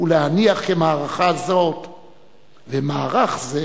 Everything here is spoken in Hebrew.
ולהניח כי מערכה זו ומערך זה